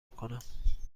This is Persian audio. کنم